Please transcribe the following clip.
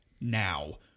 now